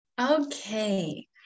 Okay